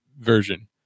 version